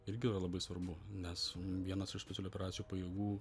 irgi yra labai svarbu nes vienas iš specialiųjų operacijų pajėgų